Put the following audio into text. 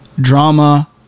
drama